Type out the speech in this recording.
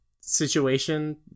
situation